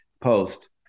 post